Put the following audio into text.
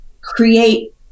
create